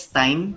time